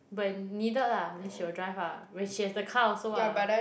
when needed lah then she will drive lah when she has the car also lah